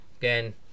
Again